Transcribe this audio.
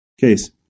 case